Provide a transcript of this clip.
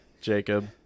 Jacob